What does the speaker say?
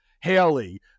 Haley